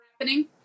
happening